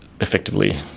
effectively